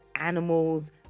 animals